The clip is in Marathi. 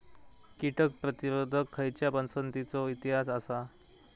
कीटक प्रतिरोधक खयच्या पसंतीचो इतिहास आसा?